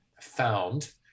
found